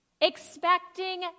expecting